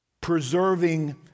preserving